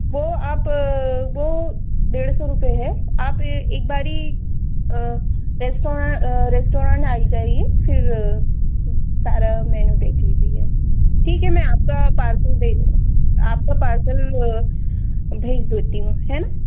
वह आप वह डेढ़ सौ रुपये है आप एक बारी रेस्टोरं रेस्टोरेन आ जाइए फ़िर सारा मेनू देख लीजिएगा ठीक है मैं आपका पार्सल दे आपका पार्सल भेज देती हूँ है ना